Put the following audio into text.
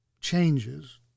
changes